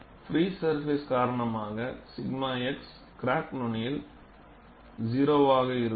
free surface காரணமாக 𝛔 x crack நுனியில் 0 ஆக இருக்கும்